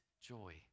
joy